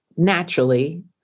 naturally